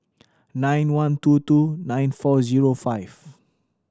nine one two two nine four zero five